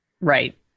Right